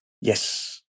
Yes